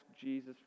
jesus